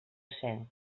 cent